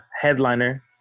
headliner